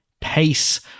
pace